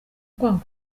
kwanga